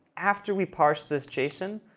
after we parse this json,